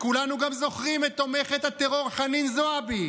כולנו גם זוכרים את תומכת הטרור חנין זועבי,